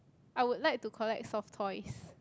I would like to collect soft toys